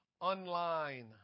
online